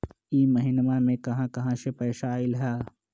इह महिनमा मे कहा कहा से पैसा आईल ह?